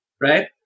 right